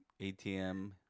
ATM